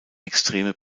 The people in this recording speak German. extreme